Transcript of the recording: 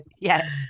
Yes